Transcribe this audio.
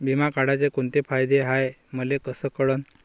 बिमा काढाचे कोंते फायदे हाय मले कस कळन?